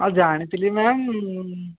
ଆଉ ଜାଣି ଥିଲି ମ୍ୟାମ୍